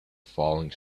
falling